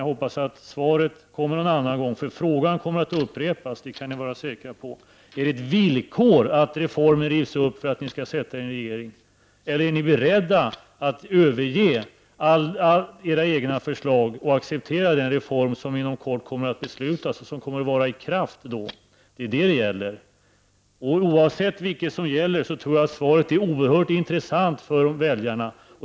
Jag hoppas att svaret kommer någon annan gång, för frågan kommer att upprepas, det kan ni vara säkra på. Att reformen rivs upp — är det ett villkor för att ni skall sätta er i en regering, eller är ni beredda att överge era egna förslag och acceptera den reform som inom kort kommer att beslutas och som vid det tillfället kommer att vara i kraft? Oavsett vad som gäller, tror jag att svaret är oerhört intressant för väljarna.